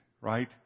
right